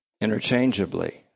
interchangeably